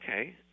okay